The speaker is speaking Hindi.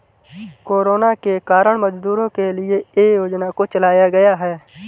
कोरोना के कारण मजदूरों के लिए ये योजना को चलाया गया